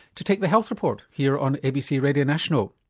to take the health report here on abc radio national.